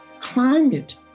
climate